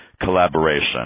collaboration